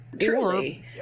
Truly